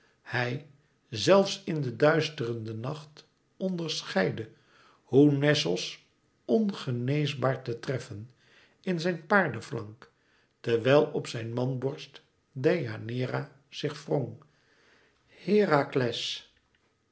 hij zelfs in de duisterende nacht onderscheidde hoe nessos ongeneesbaar te treffen in zijn paardeflank terwijl op zijn manborst deianeira zich wrong herakles